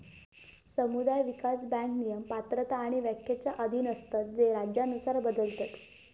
समुदाय विकास बँक नियम, पात्रता आणि व्याख्येच्या अधीन असतत जे राज्यानुसार बदलतत